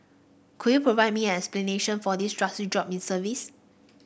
could you provide me an explanation for this drastic drop in service